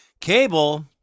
Cable